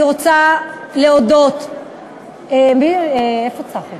אני רוצה להודות ליושב-ראש האופוזיציה